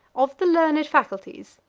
of the learned faculties,